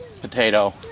potato